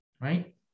right